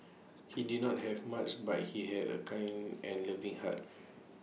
he did not have much but he had A kind and loving heart